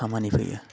खामानि फैयो